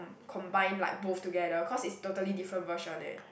combine like both together cause it's totally different version eh